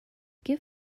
give